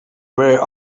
where